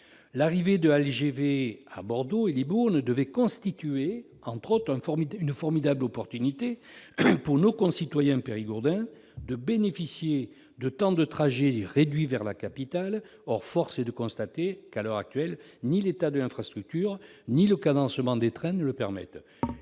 L'arrivée de la LGV à Bordeaux et Libourne devait constituer, entre autres, une formidable opportunité pour nos concitoyens périgourdins : celle de bénéficier de temps de trajets réduits vers la capitale. Or force est de constater que ni l'état de l'infrastructure ni le cadencement des trains ne le permettent